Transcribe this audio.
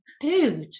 dude